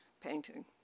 painting